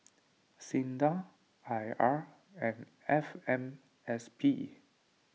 Sinda I R and F M S P